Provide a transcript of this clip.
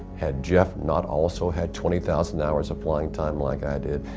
had jeff not also had twenty thousand hours of flying time like i did,